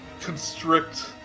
constrict